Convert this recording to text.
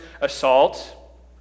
assault